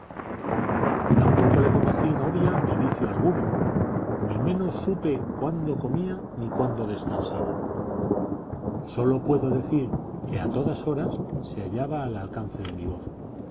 tampoco le conocí novia ni vicio alguno ni menos supe cuándo comía ni cuándo descansaba sólo puedo decir que a todas horas se hallaba al alcance de mi voz